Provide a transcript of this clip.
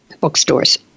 bookstores